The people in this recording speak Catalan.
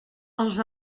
els